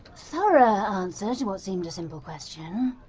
thorough answer to what seemed a simple question.